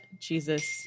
Jesus